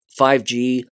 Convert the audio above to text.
5G